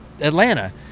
Atlanta